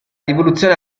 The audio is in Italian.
rivoluzione